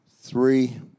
three